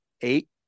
eight